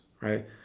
right